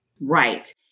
right